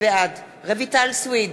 בעד רויטל סויד,